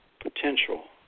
potential